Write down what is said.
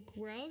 grow